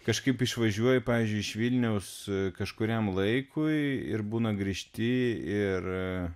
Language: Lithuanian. kažkaip išvažiuoji pavyzdžiui iš vilniaus kažkuriam laikui ir būna grįžti ir